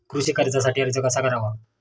कृषी कर्जासाठी अर्ज कसा करावा?